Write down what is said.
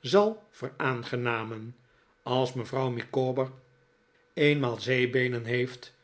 zal veraangenamen als mevrouw micawber eenmaal zeebeenen heeft